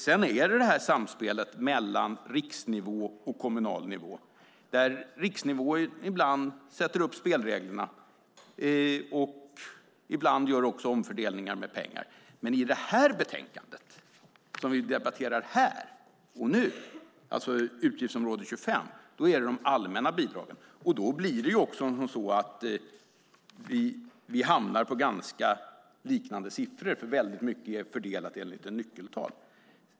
Sedan är det frågan om samspelet mellan riksnivå och kommunal nivå. Riksnivån sätter ibland upp spelreglerna och gör ibland omfördelning av pengarna. Men i det här betänkandet som vi debatterar här och nu, utgiftsområde 25, är det fråga om de allmänna bidragen. Vi hamnar på liknande siffror eftersom mycket är fördelat enligt nyckeltal.